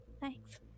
Thanks